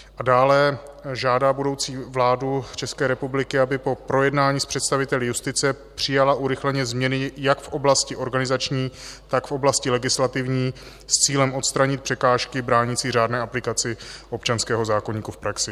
A dále žádá budoucí vládu ČR, aby po projednání s představiteli justice přijala urychleně změny jak v oblasti organizační, tak v oblasti legislativní s cílem odstranit překážky bránící řádné aplikaci občanského zákoníku v praxi.